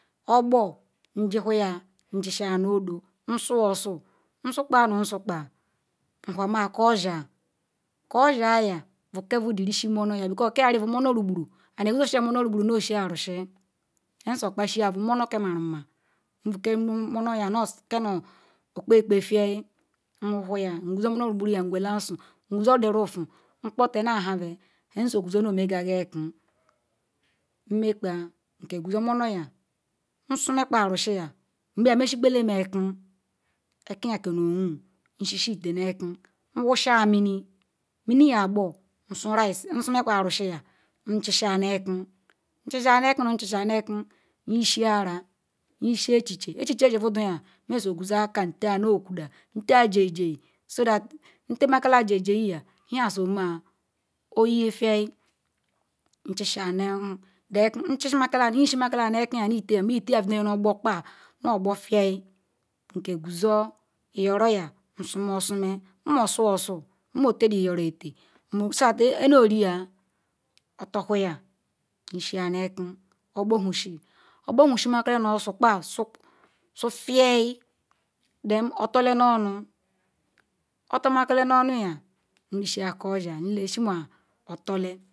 Ogbo njiwhohia njisaa nu olu nsuosu nsukpa nu nsukpa nwhama kosham koshayam veke bu di Isi-munoryari because kiari bu munor rugburu ana bequzosha munor rugburu ne-eshi-Arusi nhesiakpashia bu munor ke marunma veke munoryam kenu ekpekpe tianyi nwohiaya qweso munor rugburuyam nkwela azu nqwezo di ruvu nkpote nu ehave nkesoguzo nemezaya eki nmekpa nkeguzo munoryam, nsumekpa Arusuyam ngbem nmesikole eki, eki keneowun nsheshe Itee neki nwusa mini minivam gbo nsu Raice, nsumekpa Arusuyam nchicha neki nducha neki nu nchichaya neki nyisi Ara, nyisi Echiche, Echiche vubuchiyam meso oqwesoakam teanuokula nteajiji so that ntemakala jijiyam nhia someya oyee-tianyi nchicha nu-vekwu nchisumakala nyisimakala nekiyam neteyam neteyam vedira ogbokpan nu ogbo tiannyi nkewuzo Iyoroyan nsumeosume nmaosuosu nmotediiyoro-ete nmowosia onoriya otahuyia nyisi neki ogbwushi ogbowushimakala nuhuosukpa su-sutianyi then otolenuoru otomekele nu onuyam nrishikoshia nlesima otorle.